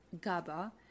GABA